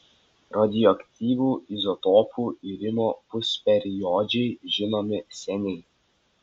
radioaktyvių izotopų irimo pusperiodžiai žinomi seniai